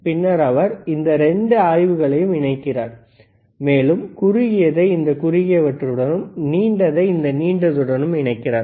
பின்னர் அவர் இந்த 2 ஆய்வுகளையும் இணைக்கிறார் மேலும் குறுகியதை இந்த குறுகியவற்றுடனும் நீண்டதை நீண்டதுடனும் இணைக்கிறார்